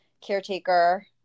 caretaker